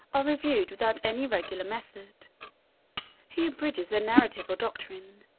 are reviewed without any regular method he abridges their narrative or doctrine,